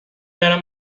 برم